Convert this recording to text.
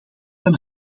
van